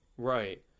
right